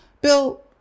Bill